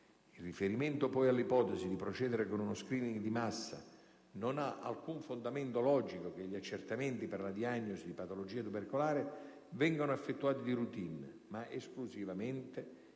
In riferimento poi all'ipotesi di procedere con uno *screening* di massa, non ha alcun fondamento logico che gli accertamenti per la diagnosi di patologia tubercolare vengano effettuati di routine, ma esclusivamente nei